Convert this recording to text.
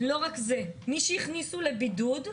מי שהכניסו לבידוד,